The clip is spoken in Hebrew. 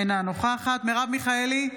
אינה נוכחת מרב מיכאלי,